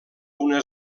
una